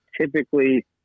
typically